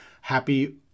Happy